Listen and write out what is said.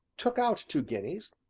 took out two guineas,